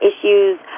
issues